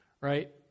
right